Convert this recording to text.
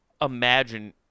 imagine